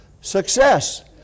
Success